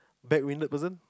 back winded person